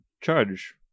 charge